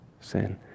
sin